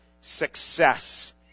success